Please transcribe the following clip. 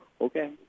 okay